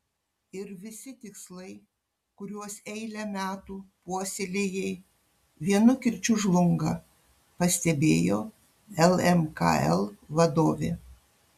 ir visi tikslai kuriuos eilę metų puoselėjai vienu kirčiu žlunga pastebėjo lmkl vadovė